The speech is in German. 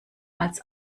als